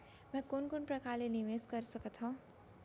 मैं कोन कोन प्रकार ले निवेश कर सकत हओं?